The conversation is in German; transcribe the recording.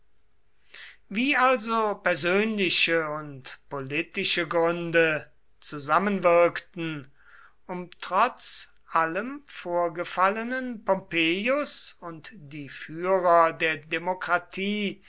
wie also persönliche und politische gründe zusammenwirkten um trotz allem vorgefallenen pompeius und die führer der demokratie